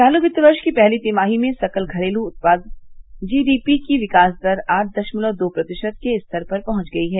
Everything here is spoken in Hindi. चालू वित्त वर्ष की पहती तिमाही में सकल घरेलू उत्पाद जीडीपी की विकास दर आठ दशमलव दो प्रतिशत के स्तर पर पहुंच गई है